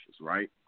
Right